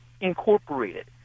Incorporated